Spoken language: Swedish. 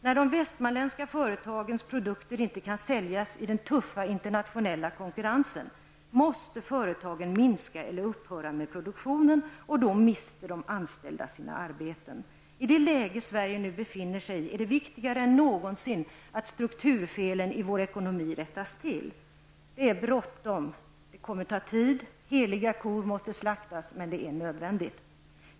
När de västmanländska företagens produkter inte kan säljas i den tuffa internationella konkurrensen, måste företagen minska eller upphöra med produktionen, och då mister de anställda sina arbeten. I det läge som sverige befinner sig i är det viktigare än någonsin att komma till rätta med strukturfelen i vår ekonomi. Det är bråttom. Det här kommer att ta tid. S.k. heliga kor måste slaktas. Men detta är nödvändigt.